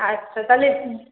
আচ্ছা তাহলে